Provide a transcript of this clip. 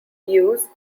use